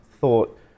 thought